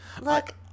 look